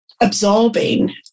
absorbing